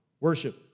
worship